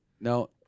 no